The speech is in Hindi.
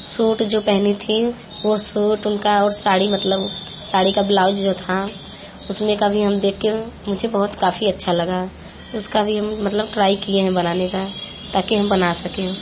सूट जो पहनी थीं वह सूट उनका और साड़ी मतलब साड़ी का ब्लाउज़ जो था उसमें का भी हम देख कर मुझे बहुत काफ़ी अच्छा लगा उसका भी हम मतलब ट्राई किए हैं बनाने का ताकि हम बना सकें